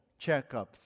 checkups